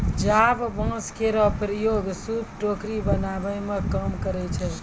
चाभ बांस केरो प्रयोग सूप, टोकरी बनावै मे काम करै छै